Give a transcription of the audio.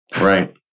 Right